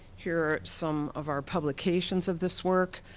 here're some of our publications of this work.